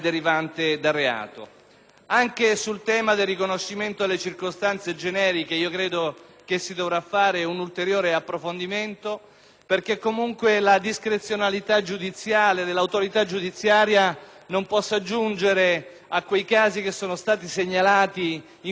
Anche sul tema del riconoscimento delle circostanze attenuanti generiche si dovrà fare un ulteriore approfondimento, perché la discrezionalità dell'autorità giudiziaria non possa giungere a casi come quelli che sono stati segnalati in questi giorni, per cui